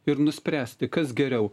ir nuspręsti kas geriau